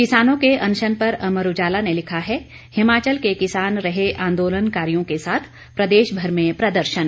किसानों के अनशन पर अमर उजाला ने लिखा है हिमाचल के किसान रहे आंदोलनकारियों के साथ प्रदेश भर में प्रदर्शन